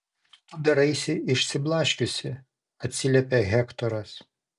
tu daraisi išsiblaškiusi atsiliepia hektoras